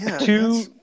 Two